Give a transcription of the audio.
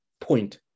point